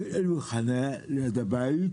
אין לי חניה ליד בית,